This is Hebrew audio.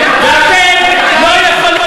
גם אני שונאת